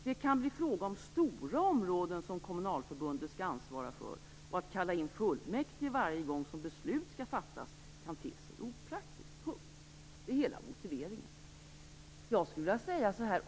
Det kan bli fråga om stora områden som kommunalförbundet skall ansvara för. Att kalla in fullmäktige varje gång som beslut skall fattas kan te sig opraktiskt." Detta är hela motiveringen. Jag skulle vilja säga följande.